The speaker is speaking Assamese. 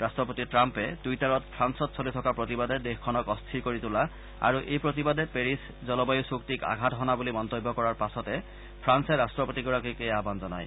ৰাট্টপতি ট্ৰাম্পে টুইটাৰত ফ্ৰালত চলি থকা প্ৰতিবাদে দেশখনক অস্থিৰ কৰি তোলা আৰু এই প্ৰতিবাদে পেৰিছ জলবায়ু চুক্তিক আঘাত হনা বুলি মন্তব্য কৰাৰ পাছতে ফ্ৰান্সে ৰাট্টপতিগৰাকীক এই আহান জনায়